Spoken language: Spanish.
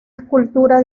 escultura